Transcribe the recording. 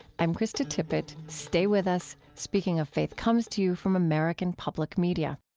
i'm krista tippett. stay with us. speaking of faith comes to you from american public media